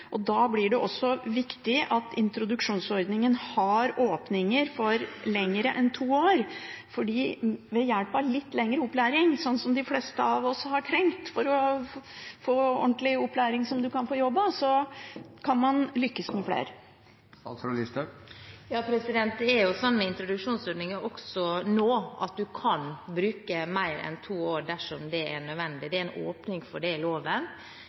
og da blir det også viktig at introduksjonsordningen har åpninger for å forlenge den utover to år, for ved hjelp av litt lengre opplæring, sånn som de fleste av oss har trengt for å få ordentlig opplæring, slik at en kan få jobb, kan man lykkes med flere. Det er sånn med introduksjonsordningen også nå at du kan bruke mer enn to år dersom det er nødvendig, det er en åpning for det i loven.